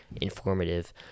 informative